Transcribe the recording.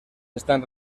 están